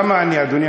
אדוני,